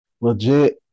legit